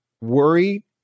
worry